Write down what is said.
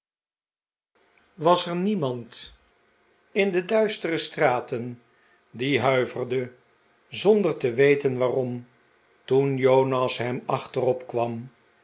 was er niemand in de duistere straten die huiverde zonder te weten waarom toen jonas hem